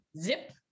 zip